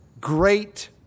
great